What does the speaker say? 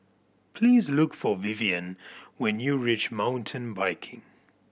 please look for Vivien when you reach Mountain Biking